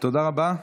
תודה רבה.